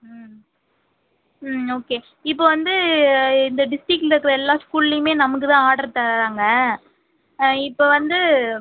ம் ம் ஓகே இப்போ வந்து இந்த டிஸ்ட்டிக்கில இருக்கிற எல்லா ஸ்கூல்லையுமே நமக்கு தான் ஆர்டர் தராங்க இப்போ வந்து